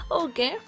okay